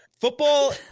football